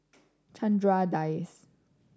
Chandra Das